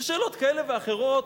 ושאלות כאלה ואחרות,